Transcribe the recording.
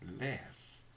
less